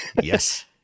Yes